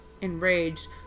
Enraged